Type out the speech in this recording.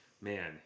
man